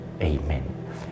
Amen